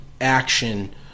action